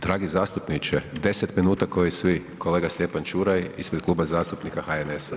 Dragi zastupniče 10 minuta ko i svi, kolega Stjepan Čuraj ispred Kluba zastupnika HNS-a.